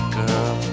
girl